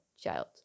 child